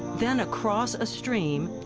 then across a stream